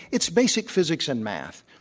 it's basic physics and math.